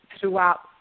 throughout